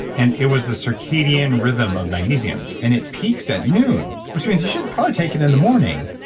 and it was the circadian rhythm of magnesium, and it peaks at noon which means you should probably take it in the morning.